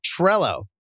Trello